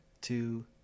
two